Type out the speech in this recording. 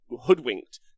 hoodwinked